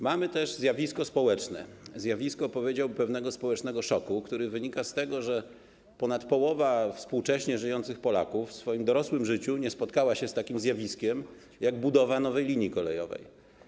Mamy też zjawisko społeczne, zjawisko, powiedziałbym, pewnego społecznego szoku, który wynika z tego, że ponad połowa współcześnie żyjących Polaków w swoim dorosłym życiu nie spotkała się z takim zjawiskiem jak budowa nowej linii kolejowej.